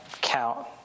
count